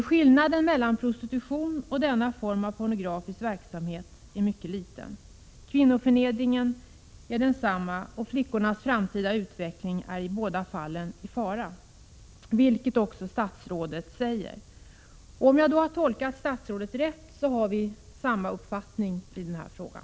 Skillnaden mellan prostitution och denna form av pornografisk verksamhet är mycket liten. Kvinnoförnedringen är densamma, och flickornas framtida utveckling är i båda fallen i fara, vilket statsrådet också säger. Om jag då har tolkat statsrådet rätt har vi samma uppfattning i den här frågan.